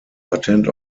patent